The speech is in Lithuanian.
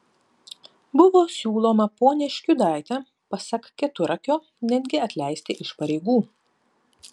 buvo siūloma ponią škiudaitę pasak keturakio netgi atleisti iš pareigų